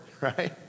right